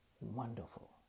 wonderful